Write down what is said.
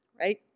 right